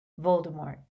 Voldemort